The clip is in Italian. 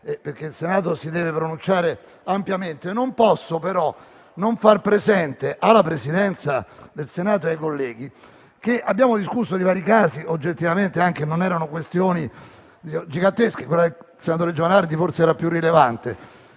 perché il Senato si deve pronunciare ampiamente. Non posso però non far presente alla Presidenza del Senato e ai colleghi che abbiamo discusso di vari casi e che oggettivamente non si trattava di questioni gigantesche; quella che riguardava il senatore Giovanardi forse era la più rilevante.